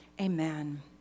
amen